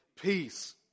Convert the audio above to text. peace